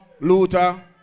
Luther